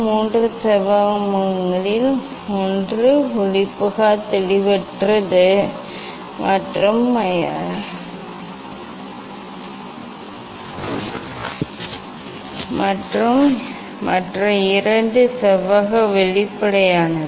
மூன்று செவ்வக முகங்களில் ஒன்று ஒளிபுகா தெளிவற்றது மற்றும் மற்ற இரண்டு செவ்வக வெளிப்படையானது